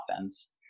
offense